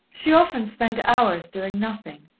she often spent hours doing nothing,